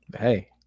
hey